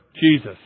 Jesus